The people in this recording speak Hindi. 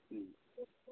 जी